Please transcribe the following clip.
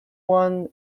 joan